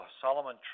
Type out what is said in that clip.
Solomon